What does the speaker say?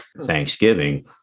Thanksgiving